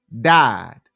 died